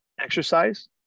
exercise